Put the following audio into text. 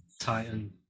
titan